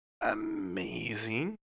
amazing